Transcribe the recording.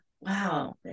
wow